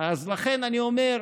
אז לכן אני אומר: